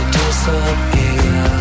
disappear